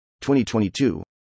2022